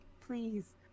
Please